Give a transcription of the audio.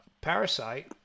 Parasite